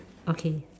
okay